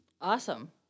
Awesome